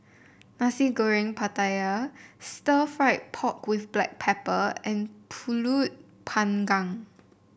Nasi Goreng Pattaya Stir Fried Pork with Black Pepper and pulut Panggang